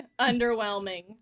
Underwhelming